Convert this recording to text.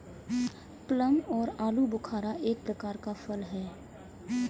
plum या आलूबुखारा एक प्रकार का फल है